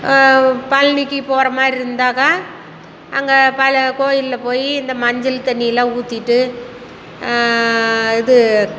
பழனிக்கி போகறமாரி இருந்தாக்கா அங்கே பல கோயிலில் போய் இந்த மஞ்சள் தண்ணி எல்லாம் ஊற்றிட்டு இது